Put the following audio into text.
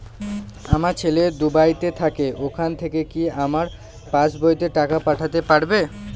আমার ছেলে দুবাইতে থাকে ওখান থেকে কি আমার পাসবইতে টাকা পাঠাতে পারবে?